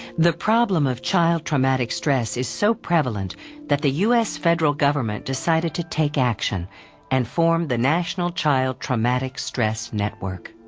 the problem of child traumatic stress is so prevalent that the u s. federal government decided to take action and form the national child traumatic stress network.